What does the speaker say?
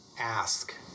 ask